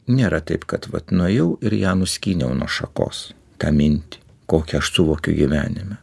nėra taip kad vat nuėjau ir ją nuskyniau nuo šakos tą mintį kokia aš suvokiau gyvenime